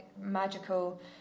magical